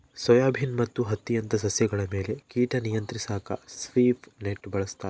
soybean ಮತ್ತು ಹತ್ತಿಯಂತ ಸಸ್ಯಗಳ ಮೇಲೆ ಕೀಟ ನಿಯಂತ್ರಿಸಾಕ ಸ್ವೀಪ್ ನೆಟ್ ಬಳಸ್ತಾರ